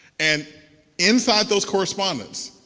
and inside those correspondence,